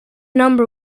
number